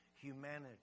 humanity